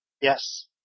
Yes